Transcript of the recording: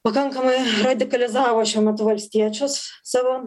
pakankamai radikalizavo šiuo metu valstiečius savo